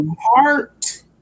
heart